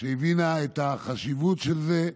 שהבינה את החשיבות של זה,